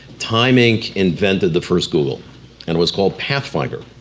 time inc. invented the first google and it was called pathfinder,